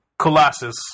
Colossus